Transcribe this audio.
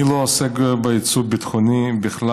אני לא עוסק ביצוא ביטחוני בכלל.